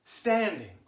Standing